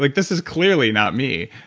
like this is clearly not me,